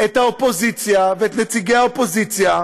את האופוזיציה ואת נציגי האופוזיציה,